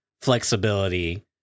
flexibility